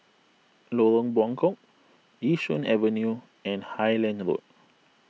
Lorong Buangkok Yishun Avenue and Highland Road